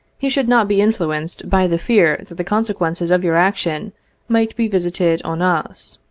you should not be influenced by the fear that the consequences of your action might be visited on us.